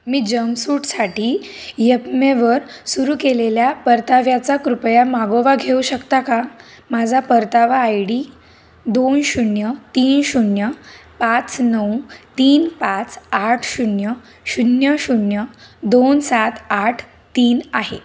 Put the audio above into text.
मी जमसूटसाठी यपमेवर सुरू केलेल्या परताव्याचा कृपया मागोवा घेऊ शकता का माझा परतावा आय डी दोन शून्य तीन शून्य पाच नऊ तीन पाच आठ शून्य शून्य शून्य दोन सात आठ तीन आहे